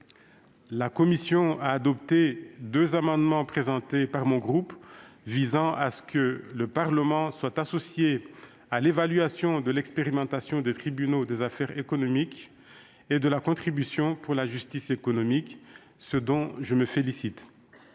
La commission a adopté deux amendements déposés par mon groupe visant à prévoir que le Parlement sera associé à l'évaluation de l'expérimentation des tribunaux des activités économiques et de la contribution pour la justice économique, ce dont je me félicite.